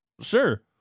Sure